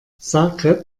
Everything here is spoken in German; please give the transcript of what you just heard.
zagreb